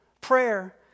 Prayer